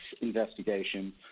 investigation